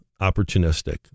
opportunistic